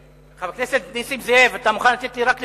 חבר הכנסת נסים זאב, אתה מוכן לתת לי רק לסיים?